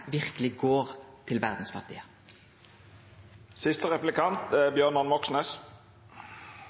verkeleg går til verdas fattige.